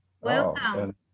Welcome